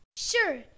Sure